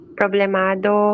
problemado